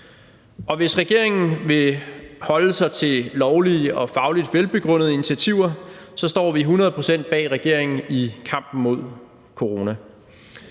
Og hvis regeringen vil holde sig til lovlige og fagligt velbegrundede initiativer, står vi hundrede procent bag regeringen i kampen mod corona.